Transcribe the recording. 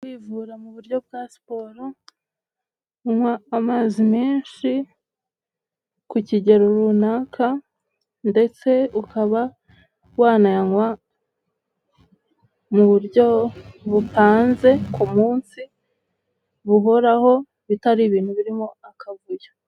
Kwivura mu buryo bwa siporo, unywa amazi menshi, ku kigero runaka, ndetse ukaba wanayanywa mu buryo bupanze ku munsi buhoraho, bitari ibintu birimo akavuyo.